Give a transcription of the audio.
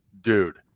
dude